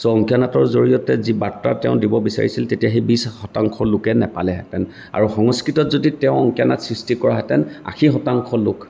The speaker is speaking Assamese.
চ' অংকীয়া নাটৰ জৰিয়তে যি বাৰ্তা তেওঁ দিব বিচাৰিছিল তেতিয়া সেই বিশ শতাংশ লোকে নেপালেহেঁতেন আৰু সংস্কৃতত যদি তেওঁ অংকীয়া নাট সৃষ্টি কৰাহেঁতেন আশী শতাংশ লোক